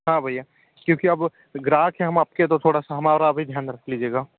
हाँ भैया क्योंकि अब ग्राहक हैं हम आपके तो थोड़ा सा हमारा भी ध्यान रख लीजिएगा